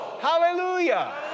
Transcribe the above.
Hallelujah